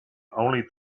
only